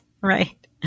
right